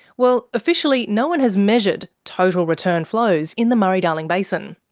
well, officially no one has measured total return flows in the murray-darling basin.